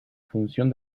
función